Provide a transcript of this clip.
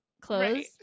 clothes